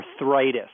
arthritis